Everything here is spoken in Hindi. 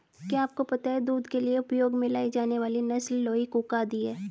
क्या आपको पता है दूध के लिए उपयोग में लाई जाने वाली नस्ल लोही, कूका आदि है?